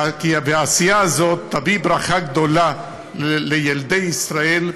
והעשייה הזאת תביא ברכה גדולה לילדי ישראל,